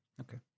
Okay